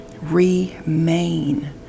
Remain